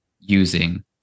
using